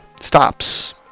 stops